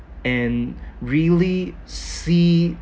and really see